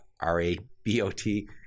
r-a-b-o-t